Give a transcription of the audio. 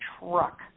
truck